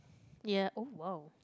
ya oh !wow!